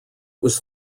was